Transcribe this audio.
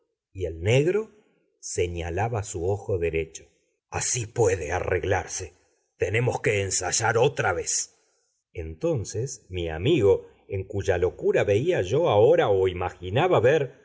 y el negro señalaba su ojo derecho así puede arreglarse tenemos que ensayar otra vez entonces mi amigo en cuya locura veía yo ahora o imaginaba ver